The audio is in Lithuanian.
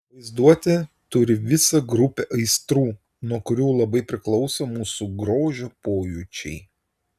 vaizduotė turi visą grupę aistrų nuo kurių labai priklauso mūsų grožio pojūčiai